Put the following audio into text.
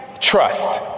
trust